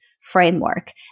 framework